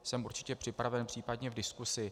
Jsem určitě připraven na případnou diskusi.